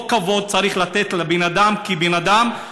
לכן אותו כבוד צריך לתת לבן אדם כבן אדם.